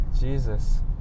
Jesus